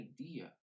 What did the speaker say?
idea